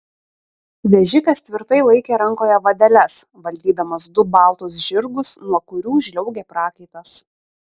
vežikas tvirtai laikė rankoje vadeles valdydamas du baltus žirgus nuo kurių žliaugė prakaitas